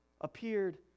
appeared